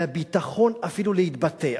ואת הביטחון אפילו להתבטא.